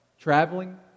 traveling